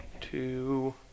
two